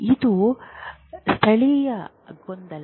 ಇದು ಸ್ಥಳೀಯ ಗೊಂದಲ